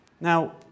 Now